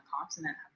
continent